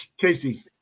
Casey